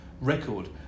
record